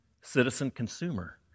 Citizen-consumer